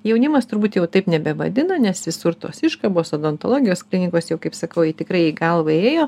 jaunimas turbūt jau taip nebevadina nes visur tos iškabos odontologijos klinikos jau kaip sakau tikrai į galvą įėjo